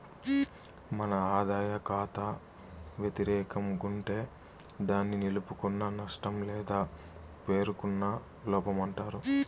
మన ఆదాయ కాతా వెతిరేకం గుంటే దాన్ని నిలుపుకున్న నష్టం లేదా పేరుకున్న లోపమంటారు